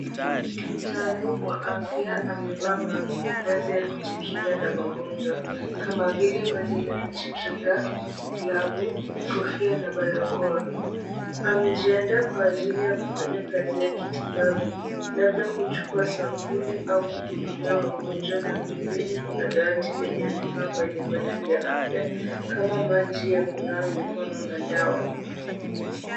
Mtaalumu afya amevaa mavazi ya kujikinga na magonjwa, kama vile vazi la kujikinga, glavu, kofia, na barakoa. Amejiandaa kwa ajili ya kufanya kazi ya kitibabu, labda kuchukua sampuli au kuhudumia wagonjwa. Na pembeni kuna dawati lenye vifaa mbalimbali vya afya kama maji ya kunawa mikono na dawa.